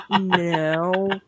no